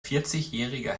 vierzigjähriger